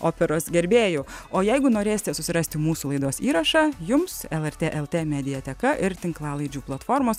operos gerbėjų o jeigu norėsite susirasti mūsų laidos įrašą jums lrt lt mediateka ir tinklalaidžių platformos